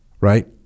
right